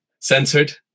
censored